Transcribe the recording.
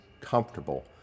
comfortable